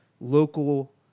local